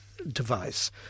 device